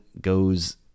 goes